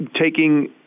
taking